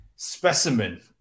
Specimen